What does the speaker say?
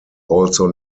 also